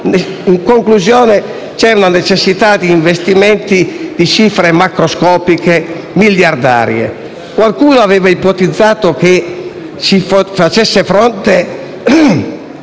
In conclusione, c'è una necessità di investire cifre macroscopiche, miliardarie. Qualcuno aveva ipotizzato che si facesse fronte